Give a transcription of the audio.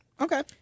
Okay